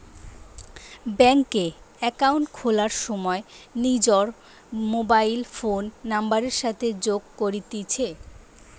bank এ account খোলার সময় নিজর মোবাইল ফোন নাম্বারের সাথে যোগ করতিছে